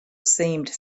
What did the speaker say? seemed